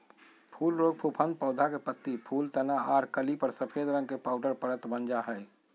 फूल रोग फफूंद पौधा के पत्ती, फूल, तना आर कली पर सफेद रंग के पाउडर परत वन जा हई